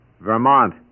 Vermont